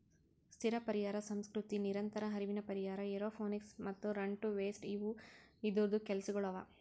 ಸ್ಥಿರ ಪರಿಹಾರ ಸಂಸ್ಕೃತಿ, ನಿರಂತರ ಹರಿವಿನ ಪರಿಹಾರ, ಏರೋಪೋನಿಕ್ಸ್ ಮತ್ತ ರನ್ ಟು ವೇಸ್ಟ್ ಇವು ಇದೂರ್ದು ಕೆಲಸಗೊಳ್ ಅವಾ